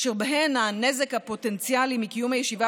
אשר בהן הנזק הפוטנציאלי מקיום הישיבה